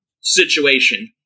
situation